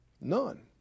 none